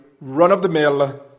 run-of-the-mill